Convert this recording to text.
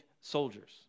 soldiers